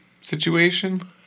situation